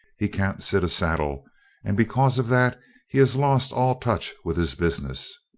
he can't sit a saddle and because of that he has lost all touch with his business.